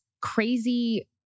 crazy